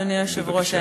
אדוני היושב-ראש,